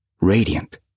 radiant